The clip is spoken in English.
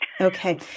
Okay